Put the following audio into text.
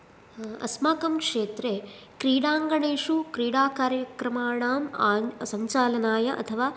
अस्माकं क्षेत्रे क्रीडाङ्गणेषु क्रीडाकार्यक्रमानां सञ्चालनाय अथवा